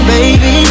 Baby